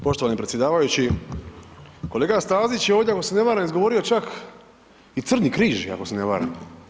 Poštovani predsjedavajući, kolega Stazić je ovdje ako se ne varam izgovorio čak i crni križ, ako se ne varam.